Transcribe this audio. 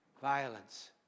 violence